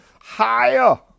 higher